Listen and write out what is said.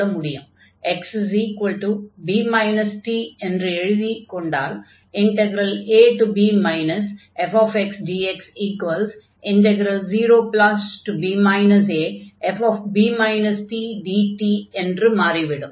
xb t என்று மாற்றி எழுதினால் ab fxdx0b afb tdt என்று மாறிவிடும்